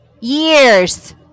Years